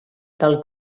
del